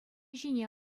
ҫине